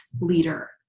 leader